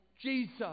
Jesus